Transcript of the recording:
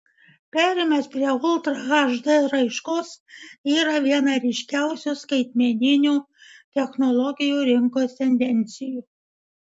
perėjimas prie ultra hd raiškos yra viena ryškiausių skaitmeninių technologijų rinkos tendencijų